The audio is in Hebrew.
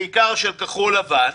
בעיקר של כחול לבן,